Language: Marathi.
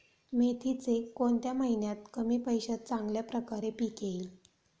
मेथीचे कोणत्या महिन्यात कमी पैशात चांगल्या प्रकारे पीक येईल?